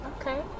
Okay